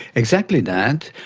exactly that,